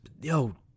yo